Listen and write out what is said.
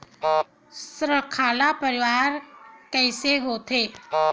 श्रृंखला परिवाहन कइसे होथे?